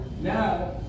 Now